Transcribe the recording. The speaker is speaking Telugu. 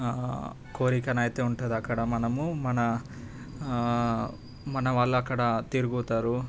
కోరికను అయితే ఉంటుంది అక్కడ మనము మన మనవాళ్ళు అక్కడ తిరుగుతారు